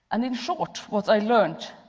and in short what i learned,